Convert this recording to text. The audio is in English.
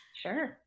Sure